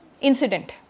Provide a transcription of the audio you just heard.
incident